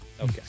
Okay